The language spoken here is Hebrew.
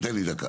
תן לי דקה,